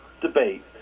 debate